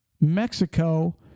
Mexico